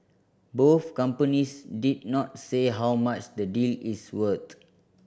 both companies did not say how much the deal is worth